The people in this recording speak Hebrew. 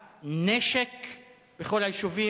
גם אני היתה לי הזכות להשתתף בכנס שדרות היום.